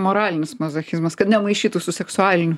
moralinis mazochizmas kad nemaišytų su seksualiniu